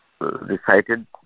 recited